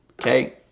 Okay